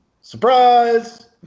surprise